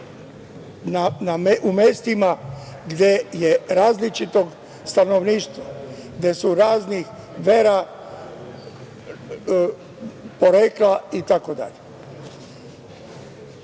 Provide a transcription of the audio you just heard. u mestima gde je različito stanovništvo, gde su raznih vera, porekla